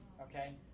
okay